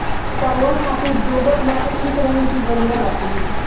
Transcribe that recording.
परवल खातिर दोमट माटी ठीक रही कि बलुआ माटी?